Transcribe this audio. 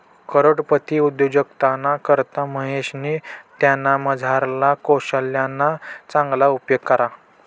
करोडपती उद्योजकताना करता महेशनी त्यानामझारला कोशल्यना चांगला उपेग करा